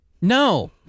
No